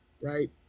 right